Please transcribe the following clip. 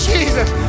Jesus